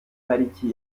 pariki